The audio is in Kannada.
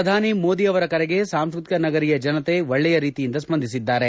ಪ್ರಧಾನಿ ಮೋದಿ ಕರೆಗೆ ಸಾಂಸ್ಕೃತಿಕ ನಗರಿಯ ಜನತೆ ಒಳ್ಳೇ ರೀತಿಯಿಂದ ಸ್ಪಂದಿಸಿದ್ದಾರೆ